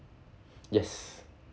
yes